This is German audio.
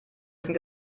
sind